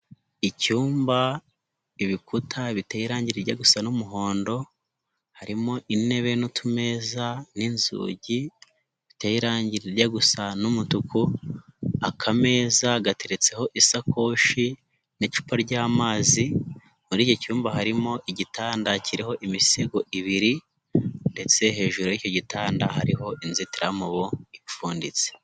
Icyumba, ibikuta biteye irangi rijya gusa n'umuhondo, harimo intebe n'utumeza n'inzugi biteye irangi rijya gusa n'umutuku, akameza gateretseho isakoshi n'icupa ry'amazi, muri iki cyumba harimo igitanda kiriho imisego ibiri ndetse hejuru y'iki gitanda hariho inzitiramubu ipfunditse.